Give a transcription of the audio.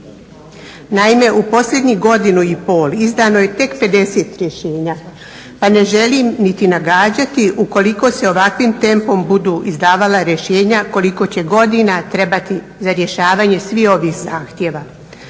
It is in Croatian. Naime u posljednjih godinu i pol izdano je tek 50 rješenja pa ne želim niti nagađati u koliko se ovakvim tempom budu izdavala rješenja koliko će godina trebati za rješavanje svih ovih zahtjeva.